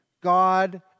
God